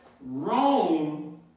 Rome